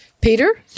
peter